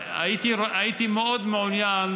הייתי מאוד מעוניין